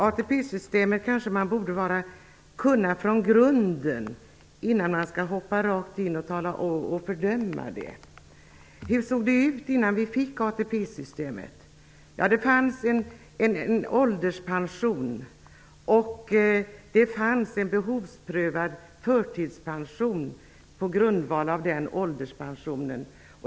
ATP-systemet kanske man borde kunna från grunden innan man hoppar rakt in och fördömer det. Hur såg det ut innan vi fick ATP-systemet? Det fanns en ålderspension och det fanns en behovsprövad förtidspension på grundval av den ålderspensionen.